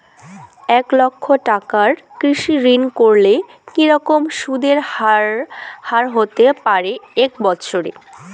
এক লক্ষ টাকার কৃষি ঋণ করলে কি রকম সুদের হারহতে পারে এক বৎসরে?